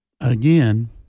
Again